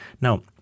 Now